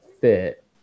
Fit